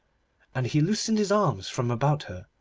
and he loosened his arms from about her,